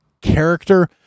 character